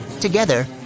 together